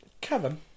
Kevin